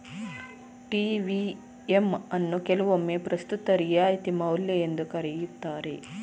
TVM ಅನ್ನು ಕೆಲವೊಮ್ಮೆ ಪ್ರಸ್ತುತ ರಿಯಾಯಿತಿ ಮೌಲ್ಯ ಎಂದು ಕರೆಯುತ್ತಾರೆ